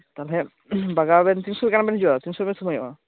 ᱛᱟᱦᱞᱮ ᱵᱟᱜᱟᱣᱟᱵᱮᱱ ᱛᱤᱥ ᱥᱩᱢᱟᱹᱭ ᱜᱟᱱ ᱵᱮᱱ ᱦᱤᱡᱩᱜᱼᱟ ᱛᱤᱱ ᱥᱩᱢᱟᱹᱭ ᱵᱮᱱ ᱥᱩᱢᱟᱹᱭᱚᱜᱼᱟ